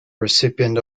recipient